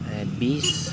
बीस